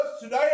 today